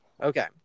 okay